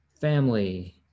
family